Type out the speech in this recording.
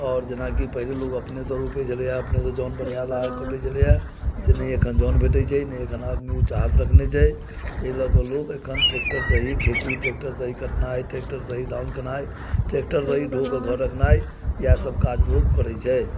आओर जेनाकी पहिले लोगसब अपनेसँ रोपैत छलैया अपनेसँ जन बोनिहार लगाकऽ कटैत छलैया नहि एखन जन भेटैत छै आ नहि आदमी उचाहाथ रखने छै ताहि लऽकऽ लोक एखन ट्रेक्टर से ही खेती ट्रेक्टर से ही कटनाइ ट्रेक्टर से ही दाउन केनाइ ट्रेक्टर से ही ढो कऽ घर रखनाइ इएह सब काज लोक करैत छै